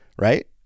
Right